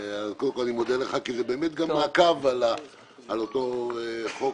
אני מודה לך כי זה באמת מעקב על אותו חוק